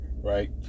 right